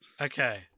Okay